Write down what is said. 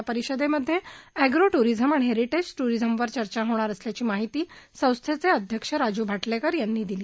या परिषदेमध्ये agro tourism आणि हेरिटेज टुरिझमवर चर्चा होणार असल्याची माहिती संस्थेचे अध्यक्ष राजू भाटलेकर यांनी दिली